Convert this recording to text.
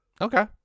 Okay